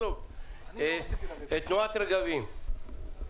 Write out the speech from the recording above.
תנועת רגבים,